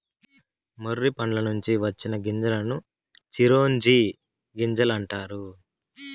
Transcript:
మొర్రి పండ్ల నుంచి వచ్చిన గింజలను చిరోంజి గింజలు అంటారు